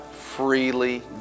freely